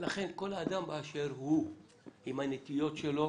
לכן כל אדם באשר הוא עם הנטיות שלו